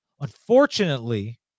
Unfortunately